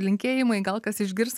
linkėjimai gal kas išgirs